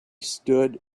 stood